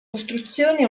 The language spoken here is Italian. costruzione